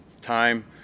time